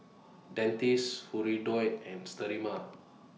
Dentiste Hirudoid and Sterimar